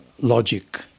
logic